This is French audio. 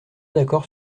d’accord